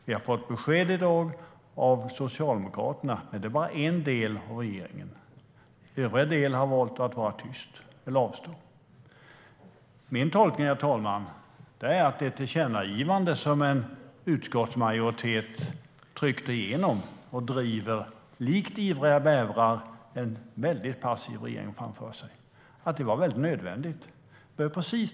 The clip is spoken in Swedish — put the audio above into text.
Vi har i dag fått besked av Socialdemokraterna, men det är bara ena delen av regeringen. Den andra delen har valt att vara tyst eller avstå från att ge besked. Min tolkning, herr talman, är att det tillkännagivande som en utskottsmajoritet tryckt igenom var helt nödvändigt. Likt ivriga bävrar driver vi en väldigt passiv regering framför oss.